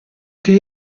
che